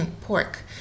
pork